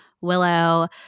willow